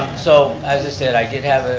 so as i said, i did have it,